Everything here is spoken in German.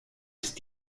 ist